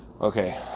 Okay